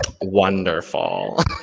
Wonderful